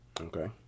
Okay